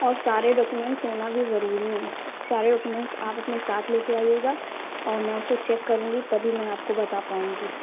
اور سارے ڈاکیومینٹس ہونا بھی ضروری ہیں سارے ڈاکیومینٹس آپ اپنے ساتھ لے کے آئیے گا اور میں اُس کو چیک کر لوں گی تبھی میں آپ کو بتا پاؤں گی